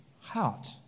heart